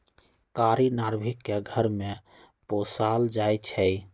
कारी नार्भिक के घर में पोशाल जाइ छइ